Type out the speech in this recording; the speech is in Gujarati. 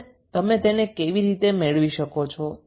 અને તમે તેને કેવી રીતે મેળવી શકો છો